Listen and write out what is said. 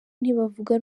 ntibavuga